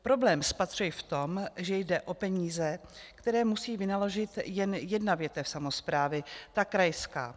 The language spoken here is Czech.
Problém spatřuji v tom, že jde o peníze, které musí vynaložit jen jedna větev samosprávy, ta krajská.